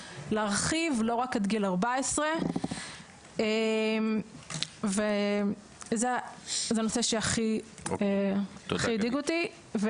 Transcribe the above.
להרחיב לא רק את גיל 14. זה נושא שהכי הדאיג אותי.